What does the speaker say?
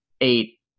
eight